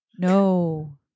No